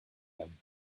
them